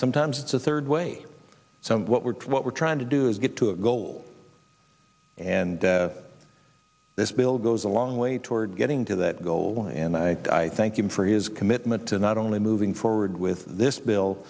sometimes it's a third way so what we're what we're trying to do is get to a goal and this bill goes a long way toward getting to that goal and i thank him for his commitment to not only moving forward with this bill